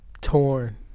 torn